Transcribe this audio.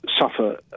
suffer